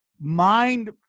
mind